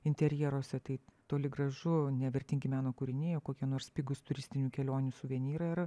interjeruose tai toli gražu ne vertingi meno kūriniaio kokie nors pigūs turistinių kelionių suvenyrai ar